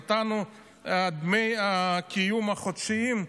נתנו דמי קיום חודשיים,